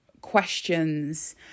questions